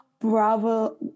Bravo